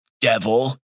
devil